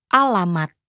alamat